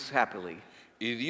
happily